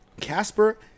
Casper